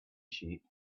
sheep